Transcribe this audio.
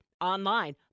online